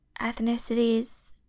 ethnicities